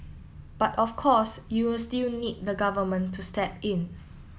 but of course you'll still need the Government to step in